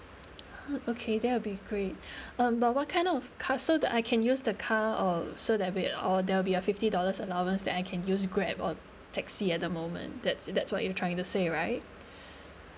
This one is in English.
oh okay that will be great um but what kind of cursor that I can use the car or so that we oh there will be a fifty dollars allowance that I can use Grab or taxi at the moment that's that's what you're trying to say right